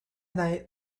night